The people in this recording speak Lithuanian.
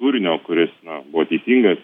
turinio kuris na buvo teisingas